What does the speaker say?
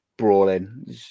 Brawling